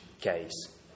case